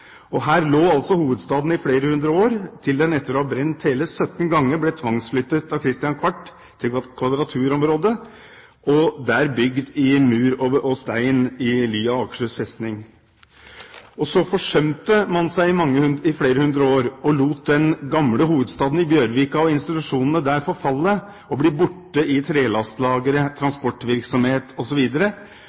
Her lå altså hovedstaden i flere hundre år til den etter å ha brent hele 17 ganger, ble tvangsflyttet av Kristian 4. til Kvadraturområdet og der bygd i mur og stein i ly av Akershus festning. Og så forsømte man seg i flere hundre år og lot den gamle hovedstaden i Bjørvika og institusjonene der forfalle og bli borte i trelastlagre, transportvirksomhet